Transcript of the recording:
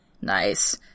Nice